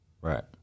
Right